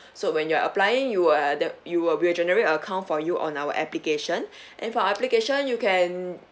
so when you're applying you will uh that you will we'll generate account for you on our application and for application you can